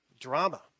drama